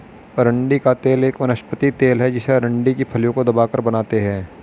अरंडी का तेल एक वनस्पति तेल है जिसे अरंडी की फलियों को दबाकर बनाते है